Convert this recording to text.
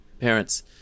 parents